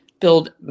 build